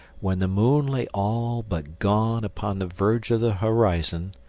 when the moon lay all but gone upon the verge of the horizon,